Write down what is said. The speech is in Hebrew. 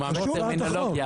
זו הצעת החוק.